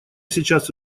сейчас